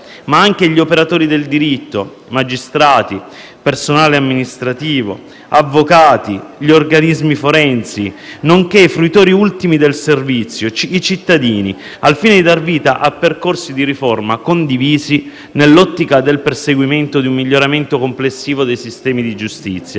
ma anche gli operatori del diritto: magistrati, personale amministrativo, avvocati, gli organismi forensi nonché i fruitori ultimi del servizio, i cittadini, al fine di dar vita a percorsi di riforma condivisi nell'ottica del perseguimento di un miglioramento complessivo dei sistemi di giustizia.